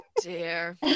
dear